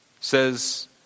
says